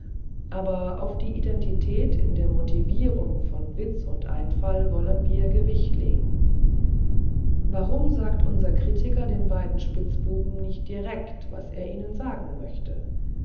aber auf die identität in der motivierung von witz und einfall wollen wir gewicht legen warum sagt unser kritiker den beiden spitzbuben nicht direkt was er ihnen sagen möchte